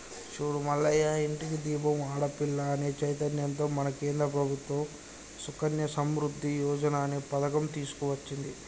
చూడు మల్లయ్య ఇంటికి దీపం ఆడపిల్ల అనే చైతన్యంతో మన కేంద్ర ప్రభుత్వం సుకన్య సమృద్ధి యోజన అనే పథకం తీసుకొచ్చింది